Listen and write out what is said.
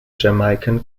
jamaican